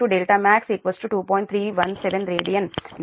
317 radian లేదా 132